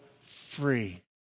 free